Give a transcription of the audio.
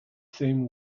same